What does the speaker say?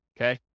Okay